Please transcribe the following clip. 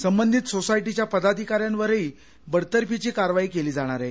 संबंधित सोसायटीच्या पदाधिका यांवरही बडतर्फीची कारवाई केली जाणार आहे